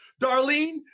Darlene